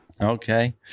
okay